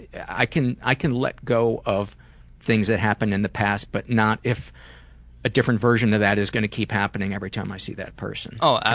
i can i can let go of things that happen in the past but not if a different version of that is gunna keep happening every time i see that person. oh,